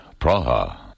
Praha